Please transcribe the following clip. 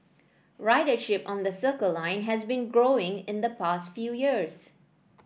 ridership on the Circle Line has been growing in the past few years